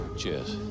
Cheers